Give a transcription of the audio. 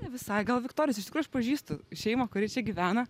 ne visai gal viktorijos iš tikrųjų aš pažįstu šeimą kuri čia gyvena